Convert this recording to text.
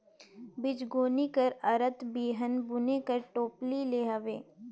बीजगोनी कर अरथ बीहन बुने कर टोपली ले हवे